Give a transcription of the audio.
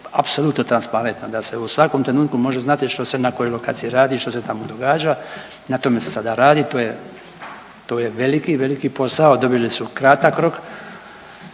apsolutno transparentno, da se u svakom trenutku može znati što se na kojoj lokaciji radi, što se tamo događa. Na tome se sada rati, to je, to je veliki, veliki posao. Dobili su kratak rok.